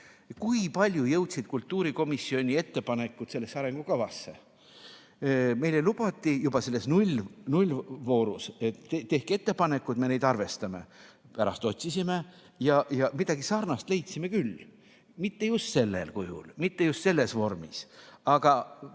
kui paljud kultuurikomisjoni ettepanekud jõudsid sellesse arengukavasse. Meile lubati juba selles nullvoorus, et tehke ettepanekuid, me neid arvestame. Pärast otsisime ja midagi sarnast leidsime küll, mitte just sellel kujul, mitte just selles vormis, aga